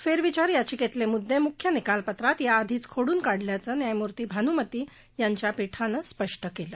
फेरविचार याचिकेतले मुद्दे मुख्य निकालपत्रात या धीच खोडून काढल्याचं न्यायमुर्ती भानुमती यांच्या पीठानं स्पष्ट केलं